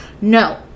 No